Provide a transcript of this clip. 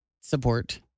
support